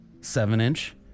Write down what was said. seven-inch